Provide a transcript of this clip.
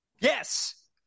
Yes